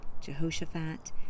Jehoshaphat